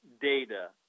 data